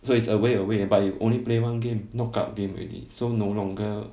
so it's away away but you only play one game knockout game already so no longer